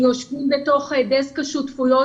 הנציגים שלהם יושבים בתוך דסק השותפויות